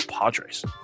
Padres